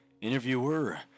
interviewer